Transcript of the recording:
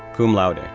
cum laude,